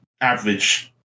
average